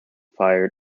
fired